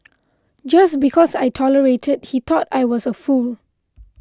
just because I tolerated he thought I was a fool